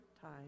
time